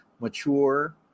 Mature